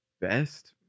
Best